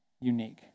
unique